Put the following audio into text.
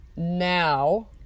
Now